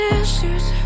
issues